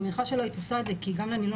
אני מניחה שלא היית עושה את זה כי גם לנילון